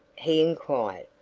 he inquired,